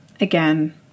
again